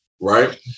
right